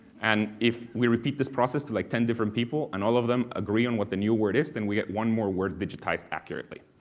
and if we repeat this process to like ten different people, and all of them agree on what the new word is, then we have one more word digitized accurately.